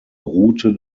route